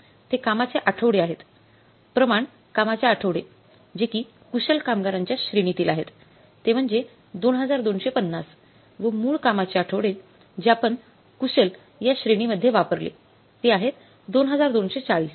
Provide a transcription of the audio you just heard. ते कामाचे आठवडे आहेत प्रमाण कामाचे आठवडे जे कि कुशल कामगारांच्या श्रेणीतील आहेत ते म्हणजे २२५० व मूळ कामाचे आठवडे जे आपण कुशल या श्रेणीमधेय वापरले ते आहेत २२४०